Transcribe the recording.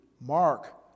mark